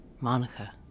Monica